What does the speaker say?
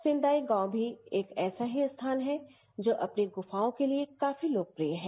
सिंदाई गांव भी एक ऐसा ही स्थान है जो अपनी गुफायों के लिए काफी लोकप्रिय है